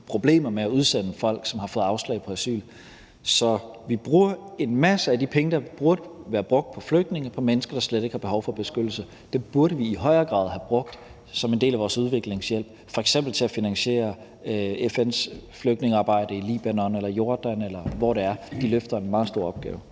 problemer med at udsende folk, som har fået afslag på asyl. Så vi bruger en masse af de penge, der burde være brugt på flygtninge, på mennesker, der slet ikke har behov for beskyttelse. De penge burde vi i højere grad have brugt som en del af vores udviklingshjælp, f.eks. til at finansiere FN's flygtningearbejde i Libanon eller Jordan, eller hvor det er. De løfter en meget stor opgave.